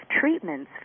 treatments